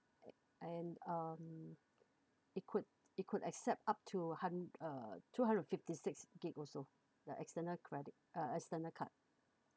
and um it could it could accept up to a hun~ uh two hundred fifty six gig also the external credit uh external card